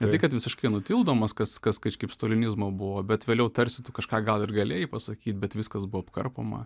ne tai kad visiškai nutildomas kas kas kaž kaip stalinizmo buvo bet vėliau tarsi tu kažką gal ir galėjai pasakyt bet viskas buvo apkarpoma